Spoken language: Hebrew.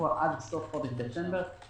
אצלכם בדיון בהקשר הזה.